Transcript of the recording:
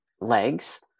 legs